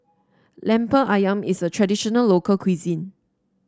Lemper ayam is a traditional local cuisine